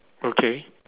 okay